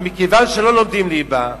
ומכיוון שלא לומדים ליבה,